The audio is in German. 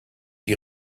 die